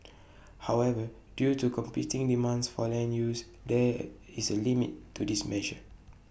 however due to competing demands for land use there is A limit to this measure